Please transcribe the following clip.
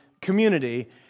community